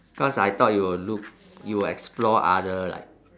cause I thought you'll look you'll explore other like